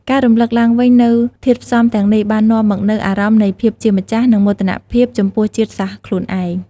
ការរំឭកឡើងវិញនូវធាតុផ្សំទាំងនេះបាននាំមកនូវ អារម្មណ៍នៃភាពជាម្ចាស់ និងមោទនភាពចំពោះជាតិសាសន៍ខ្លួនឯង។